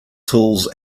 tools